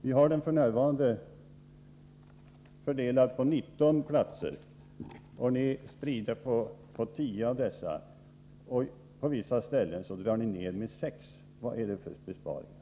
Vi har f. n. utbildningen fördelad på 19 platser, och ni vill göra neddragningar på 10 av dessa. På vissa ställen drar ni ner med 6 utbildningsplatser — vad är det för besparingar?